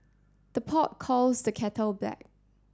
the pot calls the kettle black